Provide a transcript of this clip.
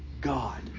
God